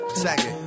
Second